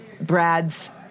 Brad's